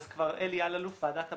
אז אלי אלאלוף בוועדת הבריאות,